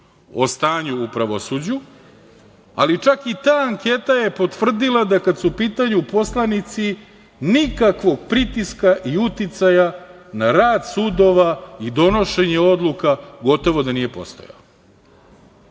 o stanju u pravosuđu, ali čak i ta anketa je potvrdila da kad su u pitanju poslanici, nikakvog pritiska i uticaja na rad sudova i donošenje odluka gotovo da nije postojao. Mi